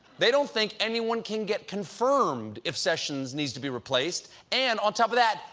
they don't think anyone can get confirmed if sessions needs to be replaced and, on top of that,